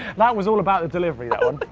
that was all about the delivery, that one.